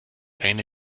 eine